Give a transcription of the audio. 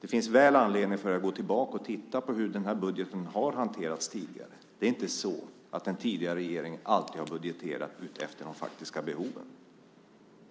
Det finns all anledning för er att gå tillbaka och titta på hur den här budgeten har hanterats tidigare. Det är inte så att den tidigare regeringen alltid har budgeterat efter de faktiska behoven.